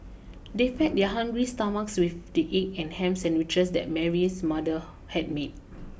they fed their hungry stomachs with the egg and ham sandwiches that Mary's mother had made